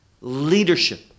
leadership